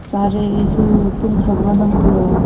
ꯆꯥꯔꯦ ꯑꯩꯁꯨ ꯇꯨꯝꯈ꯭ꯔꯕꯣ ꯅꯪꯕꯣ